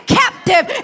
captive